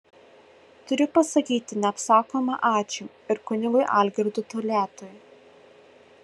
turiu pasakyti neapsakoma ačiū ir kunigui algirdui toliatui